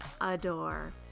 adore